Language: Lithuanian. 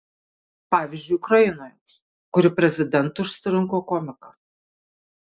pavyzdžiui ukrainoje kuri prezidentu išsirinko komiką